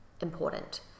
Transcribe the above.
important